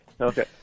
Okay